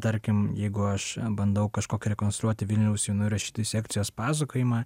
tarkim jeigu aš bandau kažkokį rekonstruoti vilniaus jaunųjų rašytojų sekcijos pasakojimą